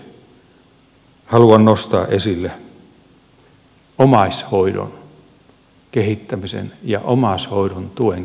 lopuksi haluan nostaa esille omaishoidon kehittämisen ja omaishoidon tuen kehittämisen merkityksen